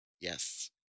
Yes